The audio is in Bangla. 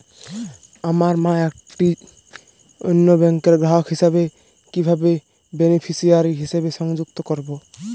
আমার মা একটি অন্য ব্যাংকের গ্রাহক হিসেবে কীভাবে বেনিফিসিয়ারি হিসেবে সংযুক্ত করব?